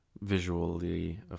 Visually